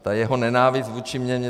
Ta jeho nenávist vůči mně.